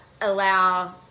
Allow